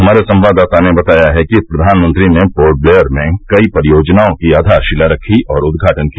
हमारे संवाददाता ने बताया है कि प्रधानमंत्री ने पोर्ट ब्लेयर में कई परियोजनाओं की आधारशिला रखी और उद्घाटन किया